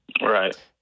Right